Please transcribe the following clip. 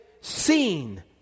seen